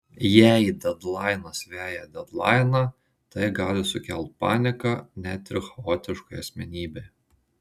jei dedlainas veja dedlainą tai gali sukelt paniką net ir chaotiškai asmenybei